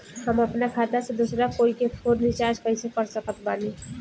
हम अपना खाता से दोसरा कोई के फोन रीचार्ज कइसे कर सकत बानी?